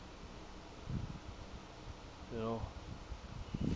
you know